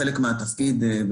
שזה חלק מהתפקיד שלי,